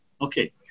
Okay